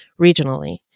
regionally